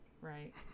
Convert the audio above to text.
right